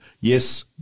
Yes